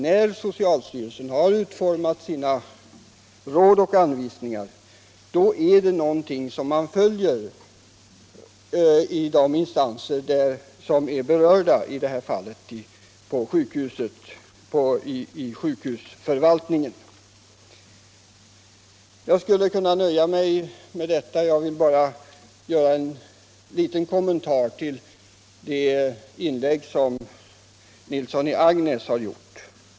När socialstyrelsen har utformat sina råd och anvisningar, är det någonting som man följer i de instanser som är berörda, i detta fall sjukhusförvaltningarna. Jag skulle kunna nöja mig med detta. Jag vill dock göra en liten kommentar till herr Nilssons i Agnäs inlägg.